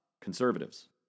Conservatives